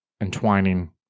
entwining